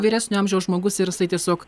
vyresnio amžiaus žmogus ir jisai tiesiog